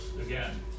again